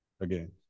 again